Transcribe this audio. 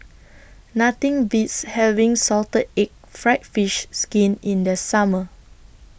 Nothing Beats having Salted Egg Fried Fish Skin in The Summer